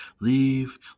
leave